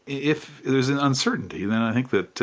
if there's an uncertainty then i think that